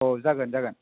औ जागोन जागोन